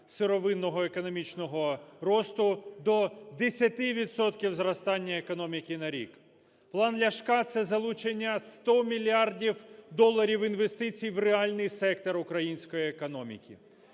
сировинного економічного росту до 10 відсотків зростання економіки на рік. План Ляшка – це залучення 100 мільярдів доларів інвестицій в реальний сектор української економіки.